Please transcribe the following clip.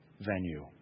venue